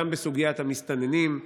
גם בסוגיית המסתננים,